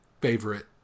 favorite